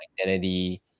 identity